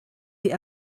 die